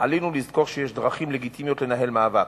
עלינו לזכור שיש דרכים לגיטימיות לנהל מאבק,